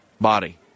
body